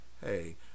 hey